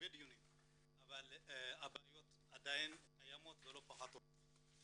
אבל הבעיות עדיין קיימות ולא פוחתות.